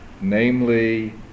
namely